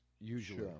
usually